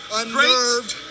unnerved